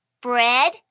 Bread